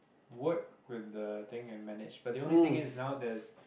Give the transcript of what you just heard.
work with the thing and manage but the only thing is now there's